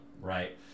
Right